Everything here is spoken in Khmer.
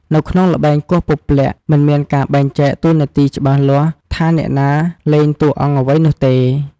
នៅក្នុងល្បែងគោះពព្លាក់ មិនមានការបែងចែកតួនាទីច្បាស់លាស់ថាអ្នកណាលេងតួអង្គអ្វីនោះទេ។